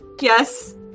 Yes